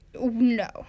no